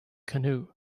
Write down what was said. canoe